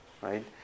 right